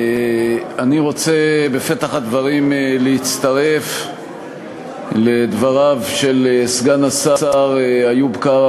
אני רוצה בפתח הדברים להצטרף לדבריו של סגן השר איוב קרא